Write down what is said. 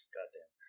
Goddamn